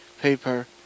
Paper